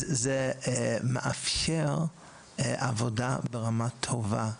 זה מאפשר עבודה ברמה טובה.